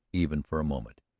even for a moment.